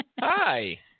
hi